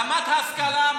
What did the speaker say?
רמת ההשכלה,